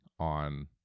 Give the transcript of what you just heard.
on